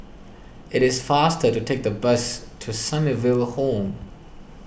it is faster to take the bus to Sunnyville Home